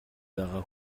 байгаа